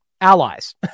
allies